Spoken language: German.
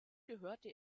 gehörte